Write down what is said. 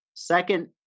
Second